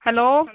hello